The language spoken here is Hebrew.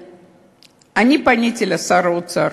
אני פניתי לשר האוצר.